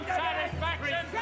satisfaction